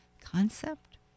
concept